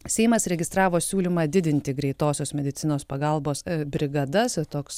seimas registravo siūlymą didinti greitosios medicinos pagalbos brigadas toks